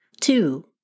Two